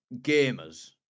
gamers